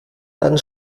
dann